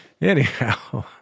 Anyhow